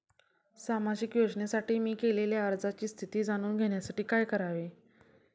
सामाजिक योजनेसाठी मी केलेल्या अर्जाची स्थिती जाणून घेण्यासाठी काय करावे?